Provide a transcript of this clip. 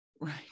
right